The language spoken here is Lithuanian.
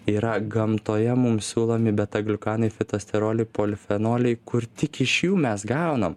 yra gamtoje mums siūlomi betagliukanai fitosteroliai polifenoliai kur tik iš jų mes gaunam